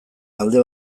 alde